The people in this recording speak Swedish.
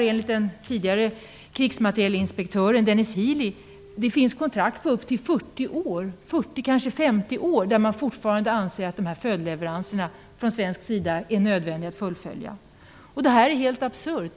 Enligt en tidigare krigsmaterielinspektör finns det kontrakt på upp till 40 och 50 år, där man anser att följdleveranser från svensk sida är nödvändiga att fullfölja. Detta är helt absurt.